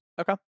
Okay